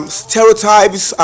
stereotypes